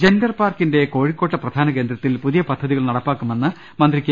gender പാർക്കിന്റെ കോഴിക്കോട്ടെ പ്രധാന കേന്ദ്രത്തിൽ പുതിയ പദ്ധതികൾ നടപ്പാക്കുമെന്ന് മന്ത്രി കെ